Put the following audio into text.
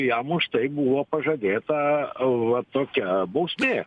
jam už tai buvo pažadėta va tokia bausmė